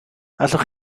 allwch